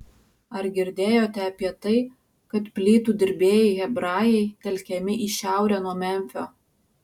ar girdėjote apie tai kad plytų dirbėjai hebrajai telkiami į šiaurę nuo memfio